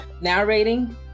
narrating